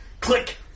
Click